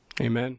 Amen